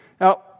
Now